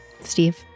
steve